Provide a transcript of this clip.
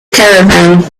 caravan